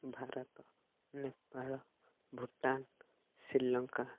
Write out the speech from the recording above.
Bharat Nepal Bhutan Sri Lanka